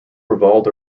revolved